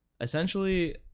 essentially